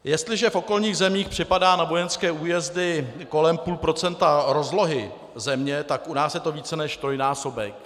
Jestliže v okolních zemích připadá na vojenské újezdy kolem půl procenta rozlohy země, tak u nás je to více než trojnásobek.